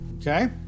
Okay